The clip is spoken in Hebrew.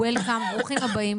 ברוכים הבאים,